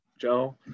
Joe